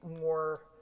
more